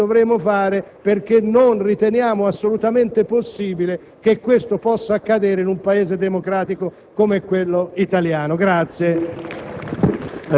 ciò che dovremo fare, perché non riteniamo assolutamente possibile che questo possa accadere in un Paese democratico come l'Italia.